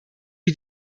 wir